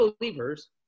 believers